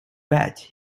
bet